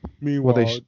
Meanwhile